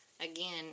again